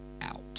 out